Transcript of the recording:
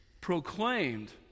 proclaimed